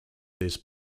this